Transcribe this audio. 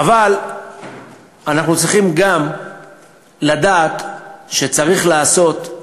אבל אנחנו צריכים גם לדעת שצריך לעשות,